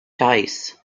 dice